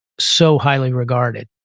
so highly regarded.